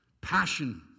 Passion